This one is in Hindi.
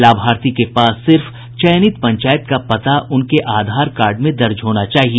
लाभार्थी के पास सिर्फ चयनित पंचायत का पता उनके आधार कार्ड में दर्ज होना चाहिए